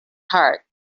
heart